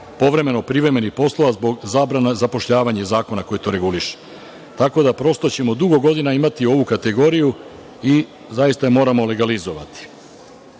povremeno privremenih poslova zbog zabrane zapošljavanja iz zakona koji to reguliše. Tako da prosto ćemo dugo godina imati ovu kategoriju i zaista moramo legalizovati. Mislim